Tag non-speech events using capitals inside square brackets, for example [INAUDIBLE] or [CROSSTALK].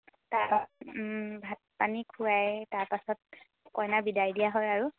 [UNINTELLIGIBLE] ভাত পানী খোৱাই তাৰ পাছত কইনা বিদাই দিয়া হয় আৰু